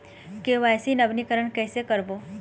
KYC नवीनीकरण कैसे करबो?